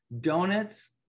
donuts